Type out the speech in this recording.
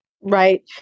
Right